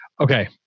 Okay